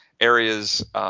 areas